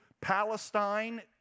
Palestine